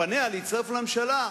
שפניה להצטרף לממשלה,